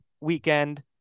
weekend